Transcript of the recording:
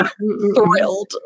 thrilled